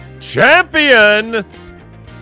champion